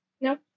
No